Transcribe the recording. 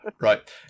Right